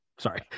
sorry